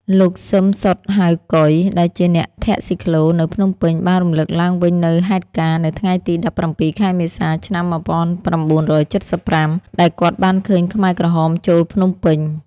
លោក ស៊ឹម សុត ហៅ កុយ ដែលជាអ្នកធាក់ស៊ីក្លូនៅភ្នំពេញ បានរំឭកឡើងវិញនូវហេតុការណ៍ នៅថ្ងៃទី ១៧ ខែមេសា ឆ្នាំ ១៩៧៥ ដែលគាត់បានឃើញខ្មែរក្រហមចូលភ្នំពេញ ។